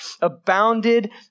abounded